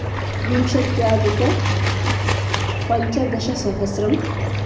विंशत्यधिकपञ्चदशसहस्रम्